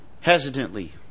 Hesitantly